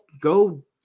go